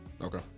Okay